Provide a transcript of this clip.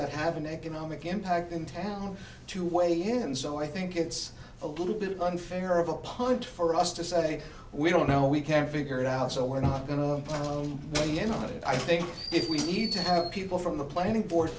that have an economic impact in town to weigh him so i think it's a little bit unfair of a punt for us to say we don't know we can't figure it out so we're not going to know the end of it i think if we need to have people from the planning board